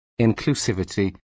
inclusivity